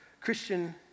Christian